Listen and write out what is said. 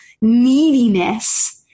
neediness